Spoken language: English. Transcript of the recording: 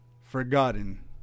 forgotten